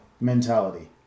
mentality